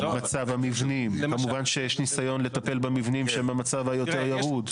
כמובן שיש ניסיון לטפל במבנים שהם במצב היותר ירוד.